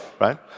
right